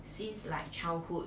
since like childhood